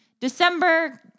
December